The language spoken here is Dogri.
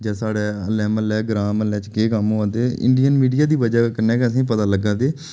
जां साढ़े हल्लै म्हल्लै ग्रांऽ म्हल्लै च केह् कम्म होआ दे इंडियन मीडिया दी बजह् कन्नै गै असें ई पता लग्गा दे